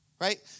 right